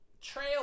trail